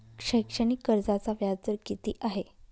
शैक्षणिक कर्जाचा व्याजदर किती आहे?